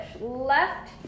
left